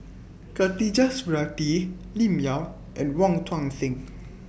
Khatijah Surattee Lim Yau and Wong Tuang Seng